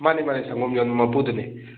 ꯃꯥꯅꯦ ꯃꯥꯅꯦ ꯁꯪꯒꯣꯝ ꯌꯣꯟꯕ ꯃꯄꯨꯗꯨꯅꯦ